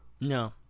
No